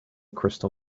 crystal